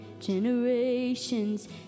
generations